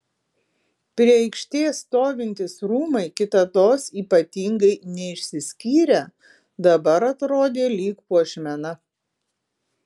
prie aikštės stovintys rūmai kitados ypatingai neišsiskyrę dabar atrodė lyg puošmena